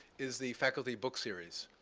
is the faculty book series.